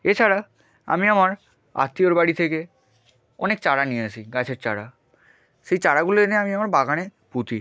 এছাড়া আমি আমার আত্মীয়র বাড়ি থেকে অনেক চারা নিয়ে আসি গাছের চারা সেই চারাগুলো এনে আমি আমার বাগানে পুঁতি